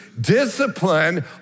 discipline